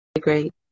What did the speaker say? great